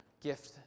gift